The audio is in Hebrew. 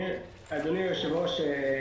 אדוני היושב-ראש,